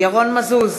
ירון מזוז,